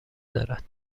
دارد